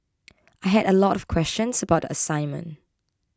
I had a lot of questions about the assignment